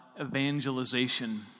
evangelization